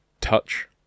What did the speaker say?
touch